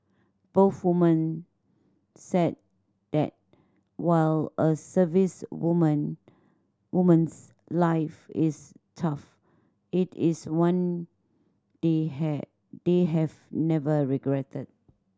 both woman said that while a servicewoman woman's life is tough it is one they have they have never regretted